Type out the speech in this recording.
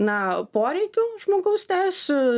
na poreikių žmogaus teisių